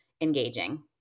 engaging